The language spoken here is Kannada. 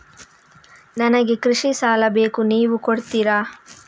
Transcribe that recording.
ನನಗೆ ಕೃಷಿ ಸಾಲ ಬೇಕು ನೀವು ಕೊಡ್ತೀರಾ?